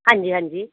ਹਾਂਜੀ ਹਾਂਜੀ